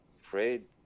afraid